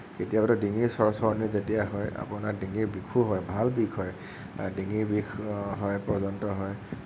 কেতিয়াবাটো ডিঙিৰ চৰচৰনি যেতিয়া হয় আপোনাৰ ডিঙিৰ বিষো হয় ভাল বিষ হয় আৰু ডিঙিৰ বিষ হয় পৰ্যন্ত হয়